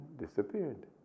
disappeared